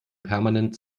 permanent